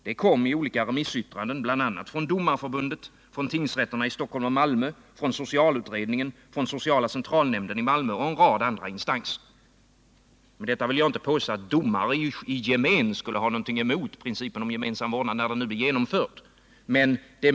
Det motståndet kom i remissyttranden bl.a. från Domareförbundet, från tingsrätterna i Stockholm och Malmö, från socialutredningen, från sociala centralnämnden i Malmö och en rad andra instanser. Med detta vill jag inte påstå att domare i gemen skulle ha någonting emot principen om gemensam vårdnad när den nu är genomförd.